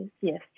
yes